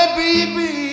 baby